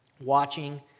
watching